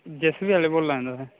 जे सी बी आह्ले बोल्ला ने तोहें